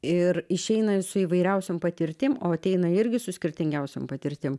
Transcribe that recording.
ir išeina ir su įvairiausiom patirtim o ateina irgi su skirtingiausiom patirtim